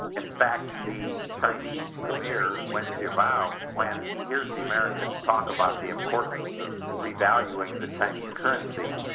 in fact the chinese premier, wen jiabao, when he hears the americans talk about the importance of revaluing the chinese currency,